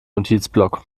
notizblock